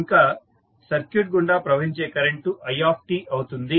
ఇంకా సర్క్యూట్ గుండా ప్రవహించే కరెంటు i అవుతుంది